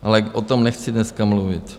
Ale o tom nechci dneska mluvit.